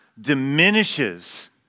diminishes